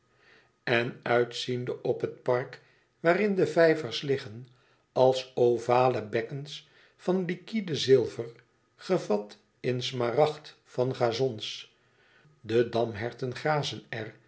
en uitziende op het park waarin de vijvers liggen als ovale bekkens van liquide zilver gevat in smaragd van gazons de damherten grazen